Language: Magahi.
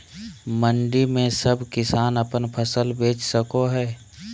मंडी में सब किसान अपन फसल बेच सको है?